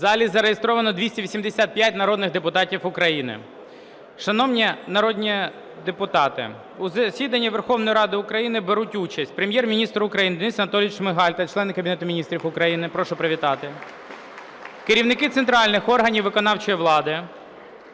В залі зареєстровано 285 народних депутатів України. Шановні народні депутати, у засіданні Верховної Ради України беруть участь Прем'єр-міністр України Денис Анатолійович Шмигаль та члени Кабінету Міністрів України. Прошу привітати. (Оплески) Керівники центральних органів виконавчої влади,